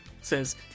says